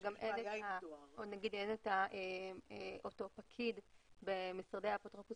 או נגיד אין את אותו פקיד במשרדי האפוטרופוס